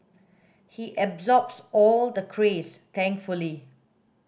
he absorbs all the craze thankfully